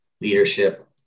leadership